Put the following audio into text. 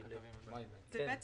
זה אומר